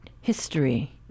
history